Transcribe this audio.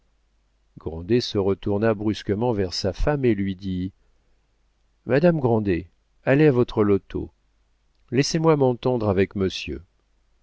se retourna brusquement vers sa femme et lui dit madame grandet allez à votre loto laissez-moi m'entendre avec monsieur